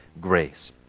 grace